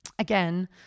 Again